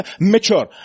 mature